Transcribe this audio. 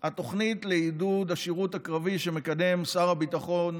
לעידוד השירות הקרבי שמקדם שר הביטחון